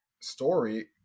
story